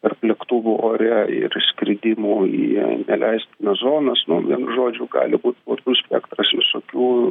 tarp lėktuvų ore ir išskrydimų į neleistinas zonas nu vienu žodžiu gali būt platus spektras visokių